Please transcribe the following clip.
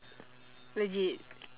legit